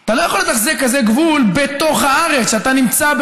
אתה לא יכול לתחזק גבול בתוך הארץ כשאתה נכנס,